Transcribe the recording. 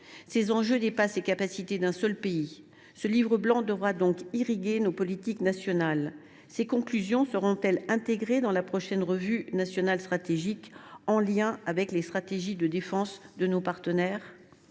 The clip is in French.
Ces enjeux dépassent les capacités d’un seul pays. Ce livre blanc devra donc irriguer nos politiques nationales. Ces conclusions seront elles intégrées dans la prochaine Revue nationale stratégique, en lien avec les stratégies de défense de nos partenaires ?